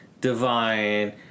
divine